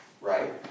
right